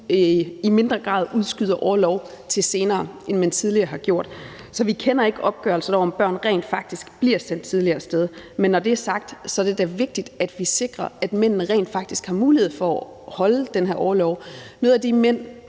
har gjort, udskyder orlov til senere. Så vi kender ikke opgørelserne af, om børn rent faktisk bliver sendt tidligere af sted. Når det er sagt, er det da vigtigt, at vi sikrer, at mændene rent faktisk har mulighed for at holde den her orlov. Noget af det,